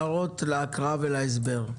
יש הערות להקראה ולהסבר?